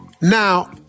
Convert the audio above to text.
Now